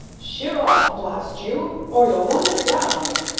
sheer off, blast you, or you'll run us down!